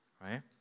right